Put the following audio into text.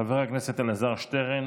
חבר הכנסת אלעזר שטרן.